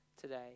today